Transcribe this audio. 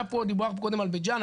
דובר פה קודם על בית ג'אן,